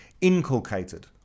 inculcated